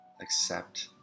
accept